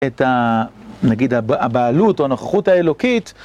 את נגיד הבעלות או הנוכחות האלוקית.